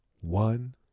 one